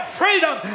freedom